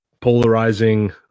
polarizing